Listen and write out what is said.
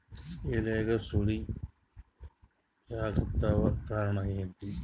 ಎಲ್ಯಾಗ ಸುಳಿ ಯಾಕಾತ್ತಾವ ಕಾರಣ ಹೇಳ್ರಿ?